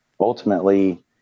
ultimately